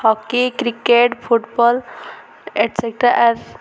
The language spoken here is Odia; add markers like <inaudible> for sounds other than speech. hockey cricket football etcetera <unintelligible>